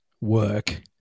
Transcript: work